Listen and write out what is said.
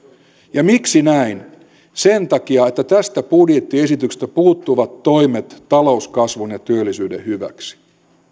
miksi näin sen takia että tästä budjettiesityksestä puuttuvat toimet talouskasvun ja työllisyyden hyväksi